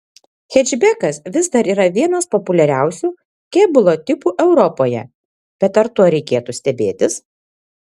hečbekas vis dar yra vienas populiariausių kėbulo tipų europoje bet ar tuo reikėtų stebėtis